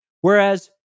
whereas